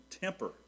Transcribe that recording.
temper